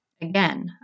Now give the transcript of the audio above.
Again